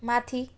माथि